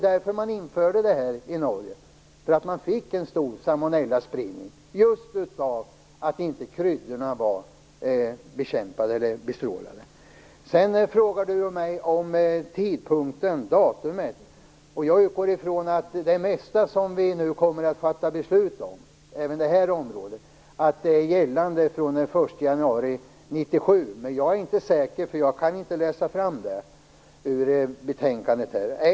I Norge fick man en stor salmonellaspridning just genom att kryddorna inte var bestrålade, och därför införde man det. Marie Wilén frågade mig om tidpunkten. Jag utgår ifrån att det mesta som vi nu kommer att fatta beslut om, även på det här området, kommer att gälla från den 1 januari 1997. Men jag är inte säker, eftersom jag inte kan utläsa det av betänkandet.